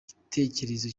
gitekerezo